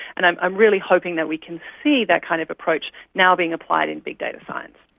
and i'm i'm really hoping that we can see that kind of approach now being applied in big data science.